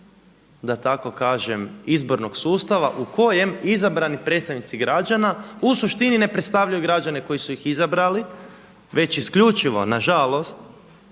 da tako kažem izbornog sustava u kojem izabrani predstavnici građana u suštini ne predstavljaju građane koji su ih izabrali već isključivo na žalost